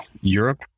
Europe